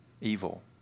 evil